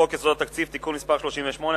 חוק יסודות התקציב (תיקון מס' 38),